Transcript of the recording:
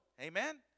Amen